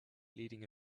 leading